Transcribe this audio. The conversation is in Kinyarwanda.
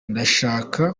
ndashaka